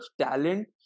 talent